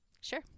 Sure